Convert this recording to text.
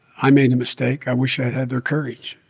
i made a mistake. i wish i'd had their courage.